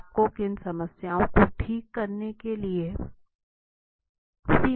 आपको किन सीमाओं को ठीक करने के लिए सीमित करना है